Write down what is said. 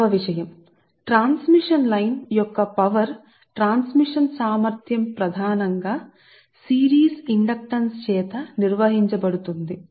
రెండవ విషయం ఏమిటంటే ట్రాన్స్మిషన్ లైన్ యొక్క పవర్ ప్రసార సామర్థ్యం ప్రధానముగా సిరీస్ ఇండక్టెన్స్ చేత నిర్వహించబడుతుంది